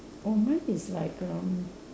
oh mine is like um